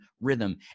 rhythm